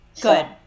Good